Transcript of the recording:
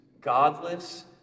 godless